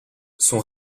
son